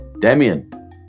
Damien